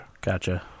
Gotcha